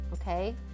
okay